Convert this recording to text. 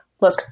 look